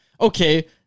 okay